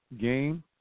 game